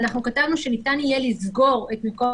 אנחנו כתבנו שניתן יהיה לסגור את מקום